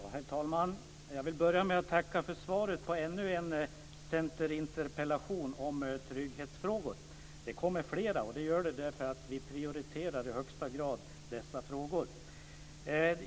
Herr talman! Jag vill börja med att tacka för svaret på ännu en centerinterpellation om trygghetsfrågor. Det kommer fler, och det gör det därför att vi i högsta grad prioriterar dessa frågor.